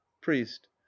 priest